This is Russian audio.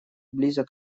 близок